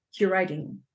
curating